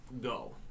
go